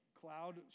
cloud